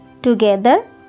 Together